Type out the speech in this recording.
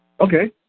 Okay